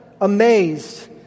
amazed